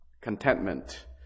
contentment